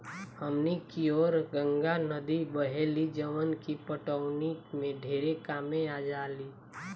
हमनी कियोर गंगा नद्दी बहेली जवन की पटवनी में ढेरे कामे आजाली